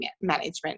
management